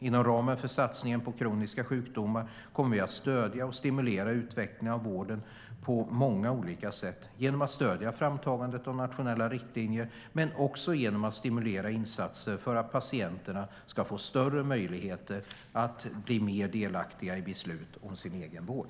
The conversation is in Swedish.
Inom ramen för satsningen på kroniska sjukdomar kommer vi att stödja och stimulera utvecklingen av vården på många olika sätt - genom att stödja framtagandet av nationella riktlinjer men också genom att stimulera insatser för att patienterna ska få större möjligheter att bli mer delaktiga i beslut om sin egen vård.